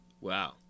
Wow